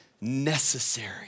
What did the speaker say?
necessary